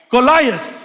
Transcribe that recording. Goliath